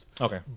Okay